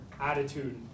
attitude